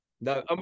no